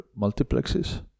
multiplexes